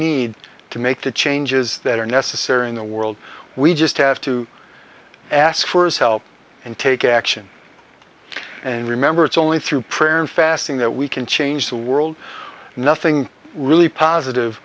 need to make the changes that are necessary in the world we just have to ask for help and take action and remember it's only through prayer and fasting that we can change the world nothing really positive